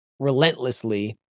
Relentlessly